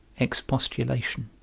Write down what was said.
expostulation.